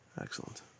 Excellent